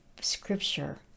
scripture